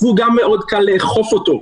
וגם מאוד קל לאכוף אותו.